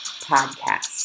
podcast